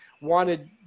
wanted